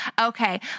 Okay